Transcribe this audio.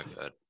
good